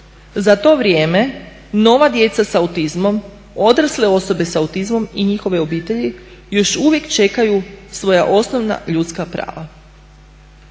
Za to vrijeme nova djeca s autizmom, odrasle osobe s autizmom i njihove obitelji još uvijek čekaju svoja osnovna ljudska prava.